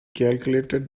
calculated